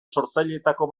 sortzaileetako